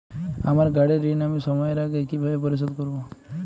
আমার গাড়ির ঋণ আমি সময়ের আগে কিভাবে পরিশোধ করবো?